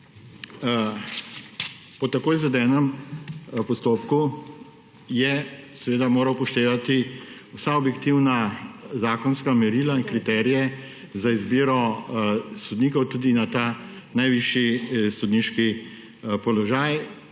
Po tako izvedenem postopku je moral upoštevati vsa objektivna zakonska merila in kriterije za izbiro sodnikov tudi na ta najvišji sodniški položaj,